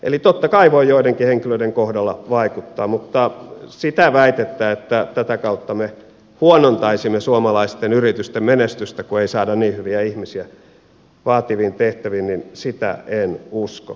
eli totta kai se voi joidenkin henkilöi den kohdalla vaikuttaa mutta sitä väitettä että tätä kautta me huonontaisimme suomalaisten yritysten menestystä kun ei saada niin hyviä ihmisiä vaativiin tehtäviin sitä en usko